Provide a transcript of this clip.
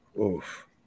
Oof